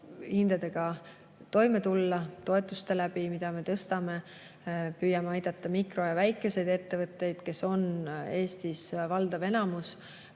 hindadega toime tulla toetuste abil, mida me tõstame. Püüame aidata mikro- ja väikesi ettevõtteid, keda on Eestis valdav enamus,